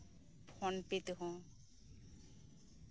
phone ᱯᱮ ᱛᱮᱦᱚᱸ